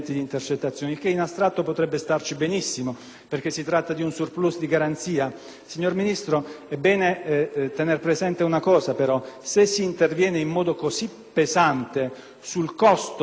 perché si tratta di un *surplus* di garanzia. Tuttavia, signor Ministro, è bene tenere presente che se si interviene in modo così pesante sul costo di determinate procedure - e il costo di tre giudici